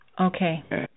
Okay